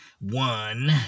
one